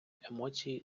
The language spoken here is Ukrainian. емоції